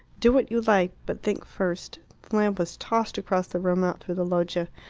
do what you like but think first the lamp was tossed across the room, out through the loggia.